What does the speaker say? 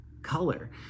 color